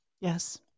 Yes